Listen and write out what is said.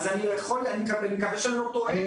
אז אני מקווה שאני לא טועה.